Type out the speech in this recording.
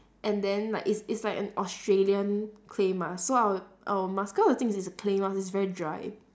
and then like it's it's like an australian clay mask so I will I will mask cause the thing is clay mask it's very dry